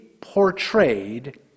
portrayed